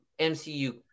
MCU